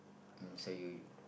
um say you